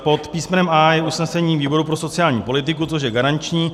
Pod písmenem A je usnesení výboru pro sociální politiku, což je garanční výbor.